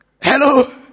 Hello